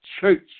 church